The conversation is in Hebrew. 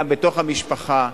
גם בתוך המשפחה.